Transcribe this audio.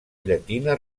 llatina